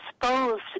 exposed